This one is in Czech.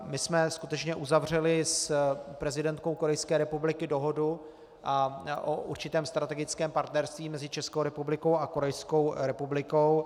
My jsme skutečně uzavřeli s prezidentkou Korejské republiky dohodu o určitém strategickém partnerství mezi Českou republikou a Korejskou republikou.